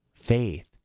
faith